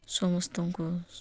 ସମସ୍ତଙ୍କୁ